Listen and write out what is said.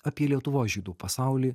apie lietuvos žydų pasaulį